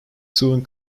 soon